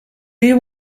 you